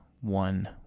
one